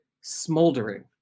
smoldering